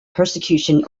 persecution